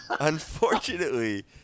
Unfortunately